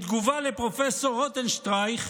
בתגובה לפרופ' רוטנשטרייך,